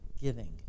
giving